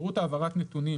שירות העברת נותנים,